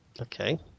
Okay